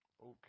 okay